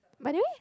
by the way